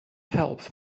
help